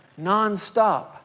nonstop